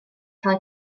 cael